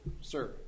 Sir